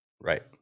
Right